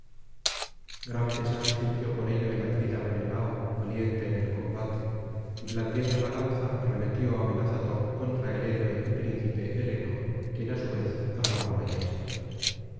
gran pesar sintió por ello el atrida menelao valiente en el combate y blandiendo la lanza arremetió amenazador contra el héroe y príncipe heleno quien ásu vez armó la ballesta